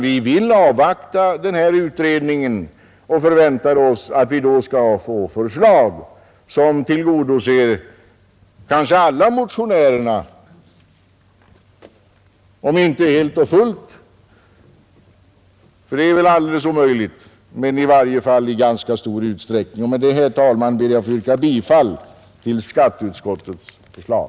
Vi vill avvakta denna utredning och förväntar oss förslag som tillgodoser kanske alla motionärerna om inte helt och fullt, för det är väl alldeles omöjligt, så i ganska stor utsträckning. Med detta, herr talman, ber jag få yrka bifall till skatteutskottets förslag.